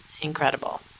incredible